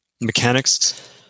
mechanics